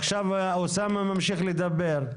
עכשיו אוסאמה ממשיך לדבר.